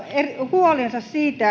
huolensa